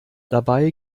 dabei